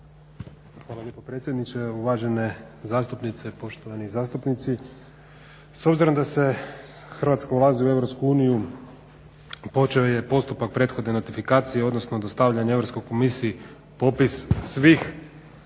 Hvala lijepo predsjedniče, uvažene zastupnice, poštovani zastupnici. S obzirom da se, Hrvatska ulazi u EU počeo je postupak prethodne ratifikacije, odnosno dostavljanja Europskoj komisiji popis svih